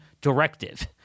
directive